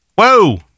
whoa